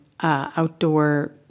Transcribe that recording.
outdoor